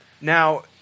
Now